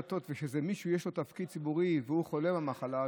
וכשלמישהו יש תפקיד ציבורי והוא חולה במחלה הזאת,